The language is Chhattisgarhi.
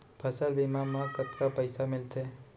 फसल बीमा म कतका पइसा मिलथे?